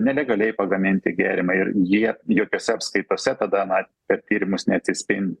nelegaliai pagaminti gėrimai ir jie jokiose apskaitose tada na per tyrimus neatsispin